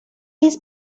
his